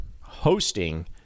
hosting